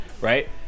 Right